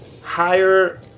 higher